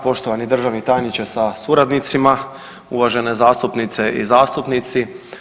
Poštovani državni tajniče sa suradnicima, uvažene zastupnice i zastupnici.